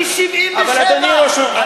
אתם שולטים מ-1977.